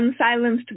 Unsilenced